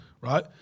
right